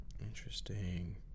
Interesting